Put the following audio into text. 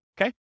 Okay